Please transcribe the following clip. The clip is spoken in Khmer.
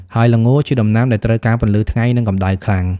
ហើយល្ងជាដំណាំដែលត្រូវការពន្លឺថ្ងៃ និងកម្តៅខ្លាំង។